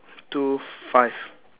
two five